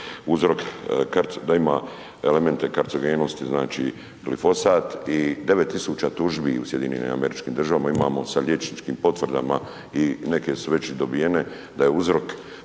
uzrok, da ima elemente karcenogenosti, znači glifosat, i devet tisuća tužbi u Sjedinjenim američkim državama imamo sa liječničkim potvrdama, i neke su već i dobijene, da je uzrok